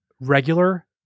regular